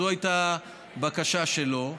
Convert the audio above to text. זו הייתה בקשה שלו.